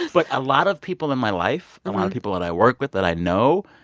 but a lot of people in my life, a lot of people that i work with, that i know,